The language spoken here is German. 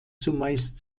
zumeist